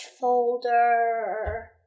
folder